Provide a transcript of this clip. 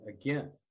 again